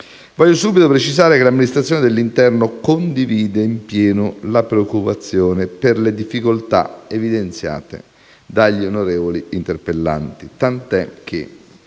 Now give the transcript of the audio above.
Voglio subito precisare che l'Amministrazione dell'interno condivide in pieno la preoccupazione per le difficoltà evidenziate dagli onorevoli interpellanti, tant'è che,